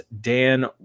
Dan